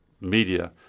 media